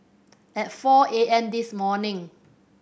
at four A M this morning